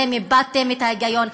אתם איבדתם את ההיגיון.